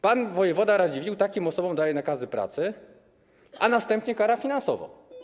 Pan wojewoda Radziwiłł takim osobom daje nakazy pracy, a następnie karze je finansowo.